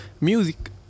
music